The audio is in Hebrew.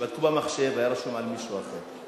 כשבדקו במחשב, הוא היה רשום על שם מישהו אחר.